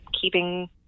keeping